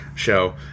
show